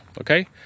okay